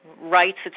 rights